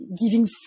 giving